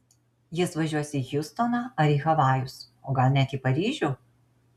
jis važiuos į hjustoną ar į havajus o gal net į paryžių